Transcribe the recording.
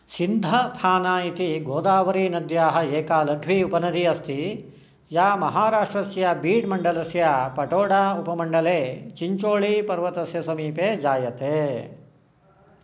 सिन्धफाना इति गोदावरीनद्याः एका लघ्वी उपनदी अस्ति या महाराष्ट्रस्य बीड् मण्डलस्य पाटोडा उपमण्डले चिञ्चोळीपर्वतस्य समीपे जायते